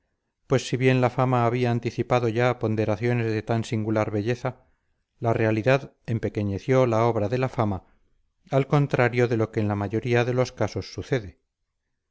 pues si bien la fama había anticipado ya ponderaciones de tan singular belleza la realidad empequeñeció la obra de la fama al contrario de lo que en la mayoría de los casos sucede